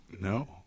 No